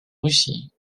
russie